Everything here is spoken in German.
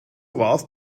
warst